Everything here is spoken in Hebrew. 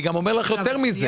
אני גם אומר יותר מזה.